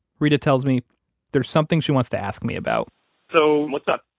reta tells me there's something she wants to ask me about so what's up?